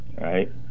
Right